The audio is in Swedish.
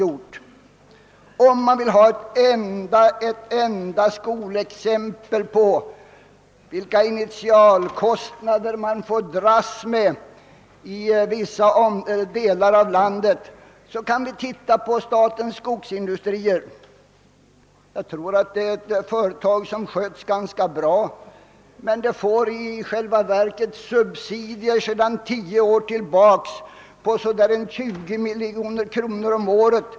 Som ett skolexempel på vilka initialkostnader företagen får dras med i vissa delar av landet, vill jag peka på Statens skogsindustrier. Jag tror att detta företag sköts ganska bra, men det erhåller dock sedan tio år tillbaka subsidier på ungefär 20 miljoner kronor om året.